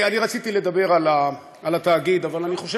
אני רציתי לדבר על התאגיד,